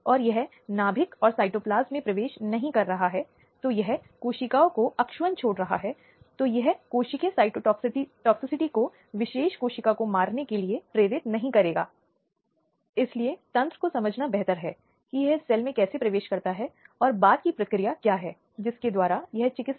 साधारण कारण के लिए इस प्रकार के दुरुपयोग में हिंसा का उपयोग कम होता है लेकिन विश्वास के विश्वासघात से अधिक बच्चे का विश्वास जो उपयोग में लाया जाता है और जो अपराधी है वह कई बार परिवार का सदस्य होता है कभी चाचा कभी पिता कभी दादा या शायद पड़ोसी